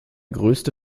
größte